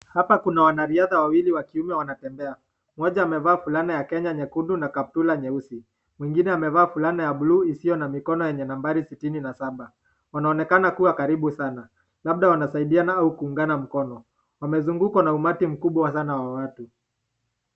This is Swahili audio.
Hapa kuna wanariadha wawili wa kiume wanatembea. Mmoja amevaa fulana ya Kenya nyekundu na kaptula nyeusi. Mwingine amevaa fulana ya blue isiyo na mikono yenye nambari sitini na saba. Wanaonekana kuwa karibu sana. Labda wanasaidiana au kuungana mkono. Wamezungukwa na umati mkubwa sana wa watu.